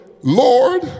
Lord